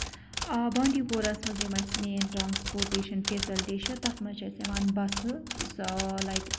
آ بانڈی پورہ ہَس منٛز یِم اَسہِ مین ٹرٛاسپوٹیشَن فیلَسٹی چھِ تَتھ منٛز چھَ اَسہِ یِوان بَسہٕ سہ لایک